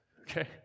okay